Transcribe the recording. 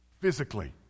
physically